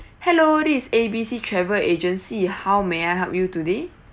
hello this is A B C travel agency how may I help you today